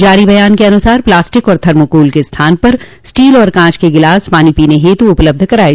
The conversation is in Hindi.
जारी बयान के अनुसार प्लास्टिक और थर्माकोल के स्थान पर स्टील और कांच के गिलास पानी पीने हेतु उपलब्ध कराये